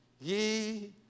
ye